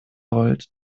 rollt